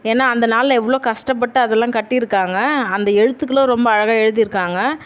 ஏன்னா அந்த நாளில் எவ்வளோ கஷ்டப்பட்டு அதெல்லாம் கட்டியிருக்காங்க அந்த எழுத்துக்களும் ரொம்ப அழகாக எழுதியிருக்காங்க